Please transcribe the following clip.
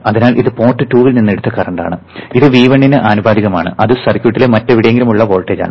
അതിനാൽ ഇത് പോർട്ട് 2 ൽ നിന്ന് എടുത്ത കറന്റാണ് ഇത് V1 ന് ആനുപാതികമാണ് അത് സർക്യൂട്ടിലെ മറ്റെവിടെയെങ്കിലും ഉള്ള വോൾട്ടേജാണ്